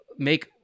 make